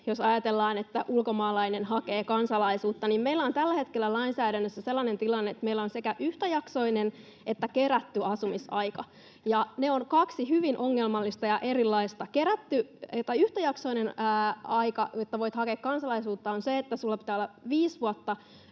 jos ajatellaan, että ulkomaalainen hakee kansalaisuutta? Meillä on tällä hetkellä lainsäädännössä sellainen tilanne, että meillä on sekä yhtäjaksoinen että kerätty asumisaika, ja ne ovat kaksi hyvin ongelmallista ja erilaista. Yhtäjaksoinen aika, jotta voit hakea kansalaisuutta, on sellainen, että sinulla pitää olla viisi vuotta